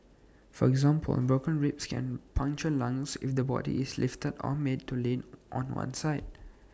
for example broken ribs can puncture lungs if the body is lifted or made to lean on one side